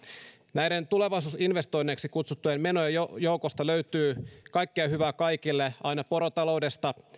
näiden tulevaisuusinvestoinneiksi kutsuttujen menojen joukosta löytyy kaikkea hyvää kaikille aina porotaloudesta